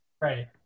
Right